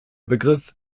begriff